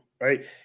Right